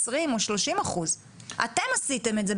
20% או 30%. אתם עשיתם את זה,